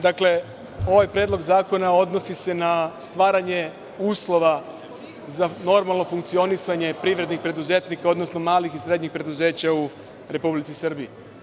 Dakle, ovaj predlog zakona odnosi se na stvaranje uslova za normalno funkcionisanje privrednih preduzetnika, odnosno malih i srednjih preduzeća u Republici Srbiji.